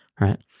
Right